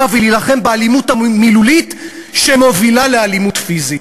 ולהילחם באלימות המילולית שמובילה לאלימות פיזית,